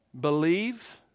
believe